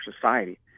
society